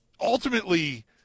ultimately